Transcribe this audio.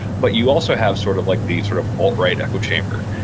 but you also have sort of like the sort of alt-right echo chamber,